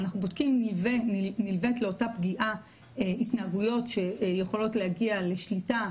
אנחנו בודקים אם נלווית לאותה פגיעה התנהגויות שיכולות להגיע לשליטה,